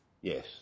Yes